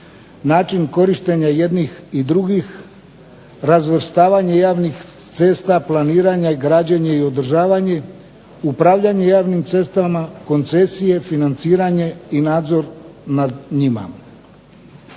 način korištenja i jednih i drugih, razvrstavanje javnih cesta, planiranje, građenje i održavanje, upravljanje javnim cestama, koncesije, financiranje i nadzor nad njima.